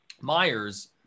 Myers